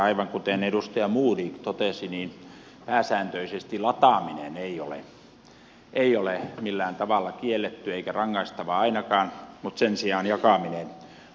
aivan kuten edustaja modig totesi pääsääntöisesti lataaminen ei ole millään tavalla kiellettyä eikä rangaistavaa ainakaan mutta sen sijaan jakaminen on